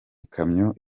ikamyo